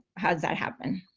how does that happen?